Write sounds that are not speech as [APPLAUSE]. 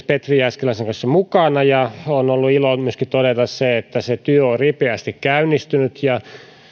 [UNINTELLIGIBLE] petri jääskeläisen kanssa ja on ollut ilo myöskin todeta se että työ on ripeästi käynnistynyt ja